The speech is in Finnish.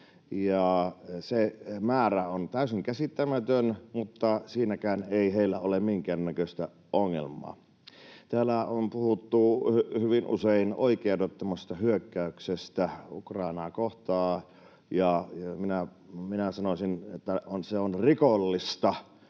Se määrä on täysin käsittämätön, mutta siinäkään ei heillä ole minkäännäköistä ongelmaa. Täällä on puhuttu hyvin usein oikeudettomasta hyökkäyksestä Ukrainaa kohtaan. Minä sanoisin, että se on rikollista